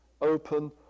open